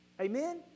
Amen